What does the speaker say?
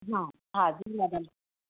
हा हा जी मैडम